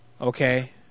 okay